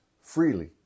freely